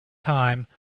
time